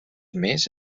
mes